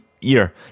year